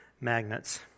Magnets